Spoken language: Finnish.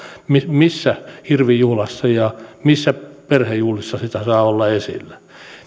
missä hirvijuhlassa ja missä perhejuhlissa sitä saa olla esillä